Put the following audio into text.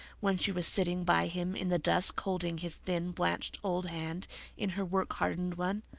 when she was sitting by him in the dusk, holding his thin, blanched old hand in her work-hardened one.